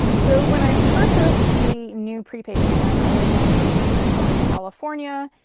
so, when i purchased the new prepaid plan, i was in dana point, california,